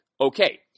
Okay